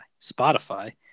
Spotify